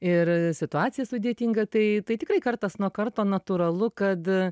ir situacija sudėtinga tai tai tikrai kartas nuo karto natūralu kad